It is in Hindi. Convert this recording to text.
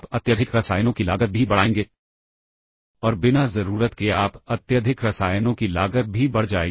अब यदि ऐसा है लेकिन यह स्टैक पॉइंटर आरंभीकरण के संबंध में कुछ नहीं करता है